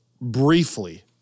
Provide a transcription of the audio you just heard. briefly